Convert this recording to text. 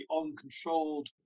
uncontrolled